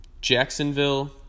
Jacksonville